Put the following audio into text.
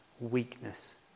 weakness